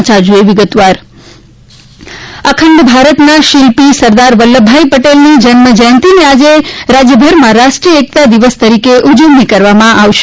પ્રધાનમંત્રી અખંડ ભારતના શિલ્મી સરદાર વલ્લભભાઈ પટેલની જન્મજયંતિની આજે રાજ્યભરમાં રાષ્ટ્રીય એકતા દિવસ તરીકે ઉજવણી કરવામાં આવશે